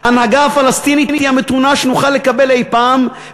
ההנהגה הפלסטינית היא המתונה שנוכל לקבל אי-פעם,